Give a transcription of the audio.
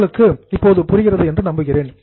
உங்களுக்கு புரிகிறது என்று நம்புகிறேன்